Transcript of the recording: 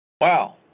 wow